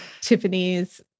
Tiffany's